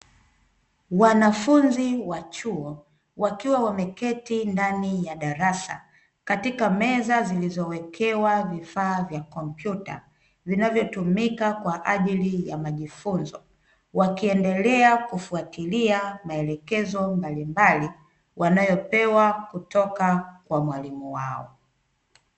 Wanafunzi wa chuo wakiwa wameketi ndani ya darasa katika meza zilizowekewa vifaa vya kompyuta, vinavyotumika kwa ajili ya majifunzo wakiendelea kufuatilia maelekezo mbalimbali wanayopewa kutoka kwa mwalimu wao.